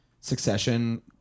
succession